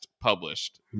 published